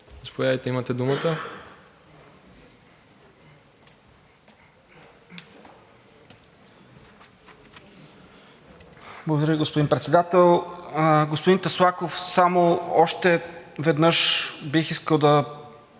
Господин Таслаков, само още веднъж бих искал да